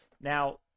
now